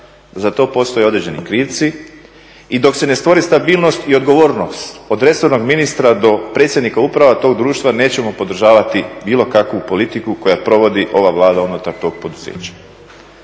Za to postoje određeni krivci i dok se ne stvori stabilnost i odgovornost od resornog ministra do predsjednika uprava tog društva nećemo podržavati bilo kakvu politiku koju provodi ova Vlada unutar tog poduzeća.